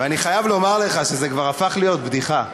ואני חייב לומר לך שזה כבר הפך להיות בדיחה.